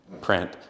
print